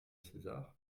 césar